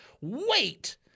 wait